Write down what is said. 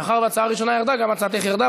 מאחר שההצעה הראשונה ירדה, גם הצעתך ירדה.